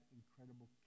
incredible